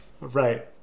Right